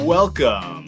Welcome